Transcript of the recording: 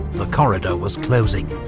the corridor was closing.